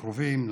לקרובים,